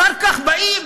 אחר כך באים,